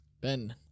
Ben